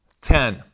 Ten